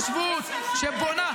הציבור שלך לא בוחר בך.